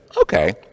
Okay